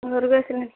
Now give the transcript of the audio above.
ଘରକୁ ଆସିଲେଣି